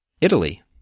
Italy